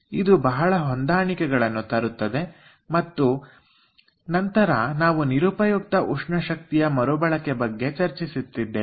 ಇದು ಬಹಳ ಹೊಂದಾಣಿಕೆಗಳನ್ನು ತರುತ್ತದೆ ಮತ್ತು ನಂತರ ನಾವು ನಿರುಪಯುಕ್ತ ಉಷ್ಣಶಕ್ತಿ ಮರುಬಳಕೆಯ ಬಗ್ಗೆ ಚರ್ಚಿಸುತ್ತಿದ್ದೆವು